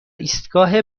ایستگاه